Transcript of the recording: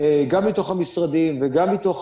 גם מתוך המשרדים וגם מתוך